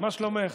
מה שלומך?